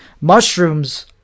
Mushrooms